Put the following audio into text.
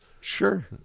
Sure